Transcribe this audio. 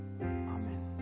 Amen